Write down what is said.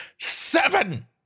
Seven